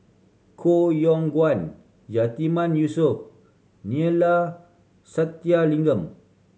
Koh Yong Guan Yatiman Yusof Neila Sathyalingam